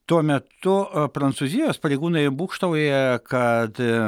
tuo metu prancūzijos pareigūnai būgštauja kad